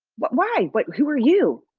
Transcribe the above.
but why, but who are you?